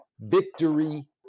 victory